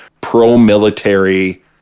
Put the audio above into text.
pro-military